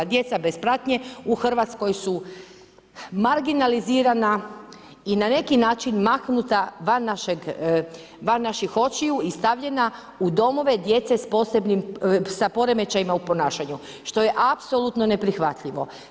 Djeca bez pratnje u Hrvatskoj su marginalizirana i na neki način maknuta van naših očiju i stavljena u domove djece s poremećajima u ponašanju što je apsolutno neprihvatljivo.